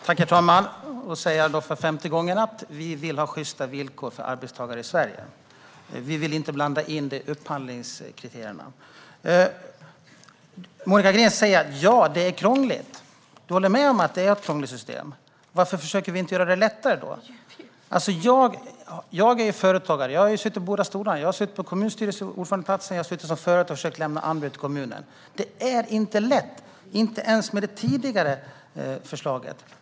Herr talman! Då säger jag det för femte gången: Vi vill ha sjysta villkor för arbetstagare i Sverige. Vi vill inte blanda in det i upphandlingskriterierna. Du säger att det är krångligt, Monica Green. Du håller med om att det är ett krångligt system. Varför försöker vi då inte göra det lättare? Jag är företagare. Jag har suttit på båda stolarna; jag har suttit på kommunstyrelseordförandeplatsen, och jag har suttit som företagare och försökt lämna anbud till kommunen. Det är inte lätt ens med det tidigare förslaget.